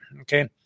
Okay